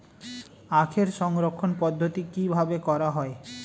আখের সংরক্ষণ পদ্ধতি কিভাবে করা হয়?